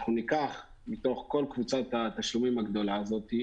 אנחנו ניקח מתוך כל קבוצת התשלומים הגדולה הזאת,